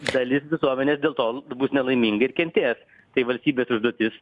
dalis visuomenės dėl to bus nelaiminga ir kentės tai valstybės užduotis